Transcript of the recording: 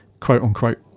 quote-unquote